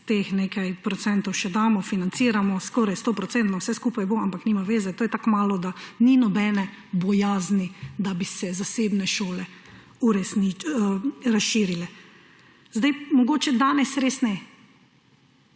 teh nekaj procentov še damo, financiramo, vse skupaj bo skoraj stoprocentno, ampak nima veze, to je tako malo, da ni nobene bojazni, da bi se zasebne šole razširile. Mogoče danes res ne,